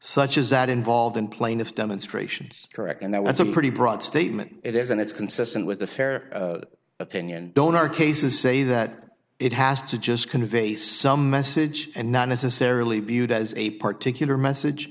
such as that involved in plaintiff's demonstrations correct and that's a pretty broad statement it is and it's consistent with the fair opinion don't our cases say that it has to just convey some message and not necessarily viewed as a particularly message